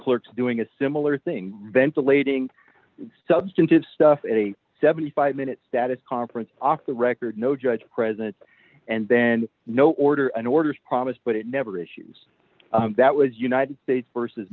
clerks doing a similar thing ventilating substantive stuff a seventy five minute status conference off the record no judge present and then no order and orders promised but it never issues that was united states versus